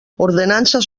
ordenances